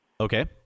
Okay